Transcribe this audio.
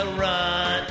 run